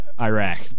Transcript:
Iraq